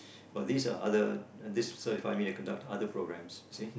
but these are other and this certify me to conduct other programs you see